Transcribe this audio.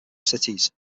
cities